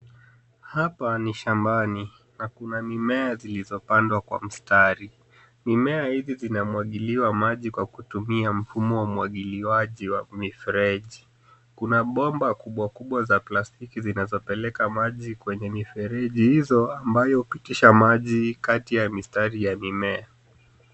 Hapa ni shambani na kuna mimea zilizopandwa kwa mstari. Mimea hizi zinamwagiliwa maji kwa kutumia mfumo wa umwagiliwaji wa mifereji. Kuna bomba kubwa kubwa za plastiki zinazopeleka maji kwenye mifereji hizo, ambayo hupitisha maji kati ya mistari ya mimea.